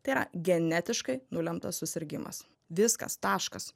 tai yra genetiškai nulemtas susirgimas viskas taškas